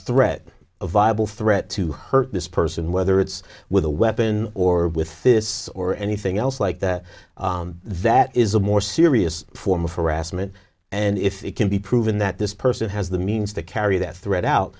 threat a viable threat to hurt this person whether it's with a weapon or with this or anything else like that that is a more serious form of harassment and if it can be proven that this person has the means to carry that threat out